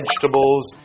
vegetables